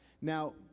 Now